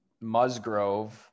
Musgrove